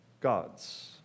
God's